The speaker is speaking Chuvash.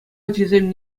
ачисем